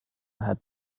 had